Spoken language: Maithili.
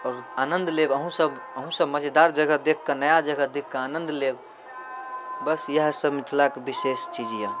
आओर आनन्द लेब अहूँसभ अहूँसभ मजेदार जगह देखिके नया जगह देखिके आनन्द लेब बस इएहसब मिथिलाके विशेष चीज अइ